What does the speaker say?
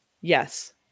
Yes